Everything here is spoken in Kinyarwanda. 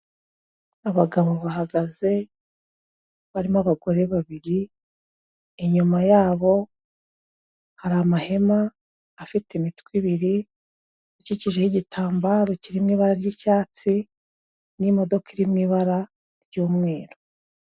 Abagabo bahagaze barimo abagore babiri, inyuma yabo hari amahema afite imitwe ibiri, ikikijeho igitambaro kirimo ibara ry'icyatsi n'imodoka iri mu ibara ry'umweru.